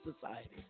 society